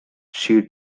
she